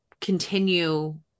continue